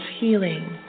healing